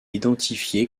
identifié